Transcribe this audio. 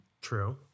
True